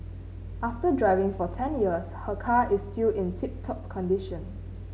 after driving for ten years her car is still in tip top condition